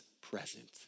present